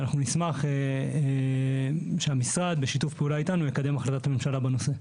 ואנחנו נשמח שהמשרד בשיתוף פעולה איתנו יקדם את החלטת הממשלה בנושא.